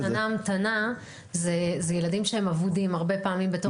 השנה המתנה אלה ילדים שהם אבודים הרבה פעמים בתוך המערכת.